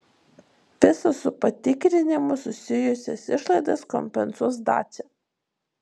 visas su patikrinimu susijusias išlaidas kompensuos dacia